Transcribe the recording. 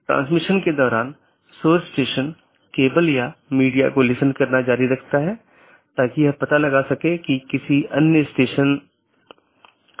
अब मैं कैसे एक मार्ग को परिभाषित करता हूं यह AS के एक सेट द्वारा परिभाषित किया गया है और AS को मार्ग मापदंडों के एक सेट द्वारा तथा गंतव्य जहां यह जाएगा द्वारा परिभाषित किया जाता है